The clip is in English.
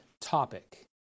topic